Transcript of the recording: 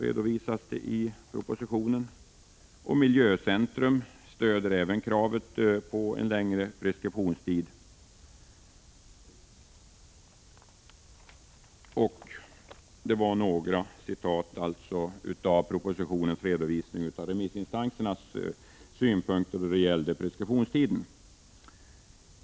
Även Miljöcentrum stöder kravet på längre preskriptionstid. Detta var alltså några citat från propositionens redovisning av remissinstansernas synpunkter när det gäller preskriptionstiden.